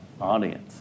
audience